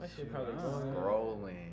scrolling